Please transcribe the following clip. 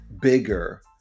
bigger